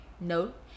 note